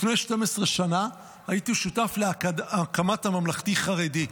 לפני 12 שנה הייתי שותף להקמת הממלכתי-חרדי.